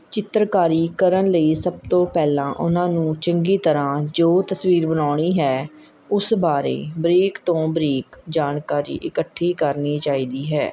ਚਿੱਤਰਕਾਰੀ ਕਰਨ ਲਈ ਸਭ ਤੋਂ ਪਹਿਲਾਂ ਉਹਨਾਂ ਨੂੰ ਚੰਗੀ ਤਰ੍ਹਾਂ ਜੋ ਤਸਵੀਰ ਬਣਾਉਣੀ ਹੈ ਉਸ ਬਾਰੇ ਬਰੀਕ ਤੋਂ ਬਰੀਕ ਜਾਣਕਾਰੀ ਇਕੱਠੀ ਕਰਨੀ ਚਾਹੀਦੀ ਹੈ